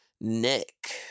Nick